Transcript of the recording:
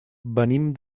venim